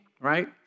right